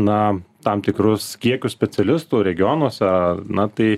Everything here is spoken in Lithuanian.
na tam tikrus kiekius specialistų regionuose na tai